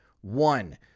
One